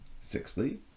Sixthly